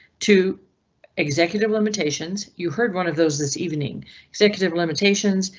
to executive limitations. you heard one of those this evening executive limitations,